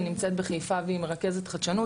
שהיא נמצאת בחיפה והיא מרכזת חדשנות.